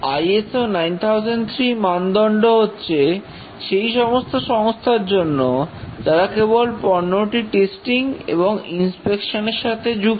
ISO 9003 মানদণ্ড হচ্ছে সেই সমস্ত সংস্থার জন্য যারা কেবল পণ্যটির টেস্টিং এবং ইনস্পেকশন এর সাথে যুক্ত